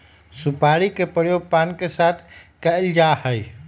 सुपारी के प्रयोग पान के साथ कइल जा हई